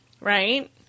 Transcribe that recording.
Right